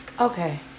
Okay